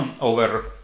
over